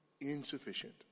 insufficient